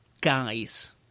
guys